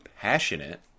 passionate